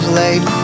late